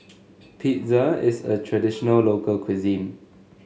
pizza is a traditional local cuisine